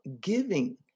giving